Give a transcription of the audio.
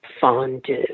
fondue